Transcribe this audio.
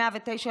לירוחם.